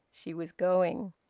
she was going.